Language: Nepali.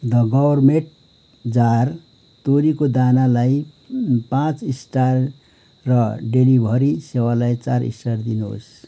द गउरमेट जार तोरीको दानालाई पाँच स्टार र डेलिभरी सेवालाई चार स्टार दिनुहोस्